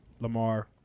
Lamar